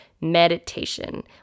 meditation